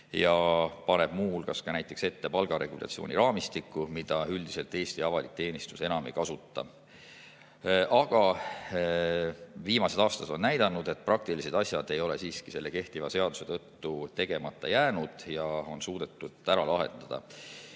ja paneb muu hulgas ka näiteks ette palgaregulatsiooni raamistiku, mida üldiselt Eesti avalik teenistus enam ei kasuta. Aga viimased aastad on näidanud, et praktilised asjad ei ole siiski selle kehtiva seaduse tõttu tegemata jäänud ja on suudetud ära lahendada.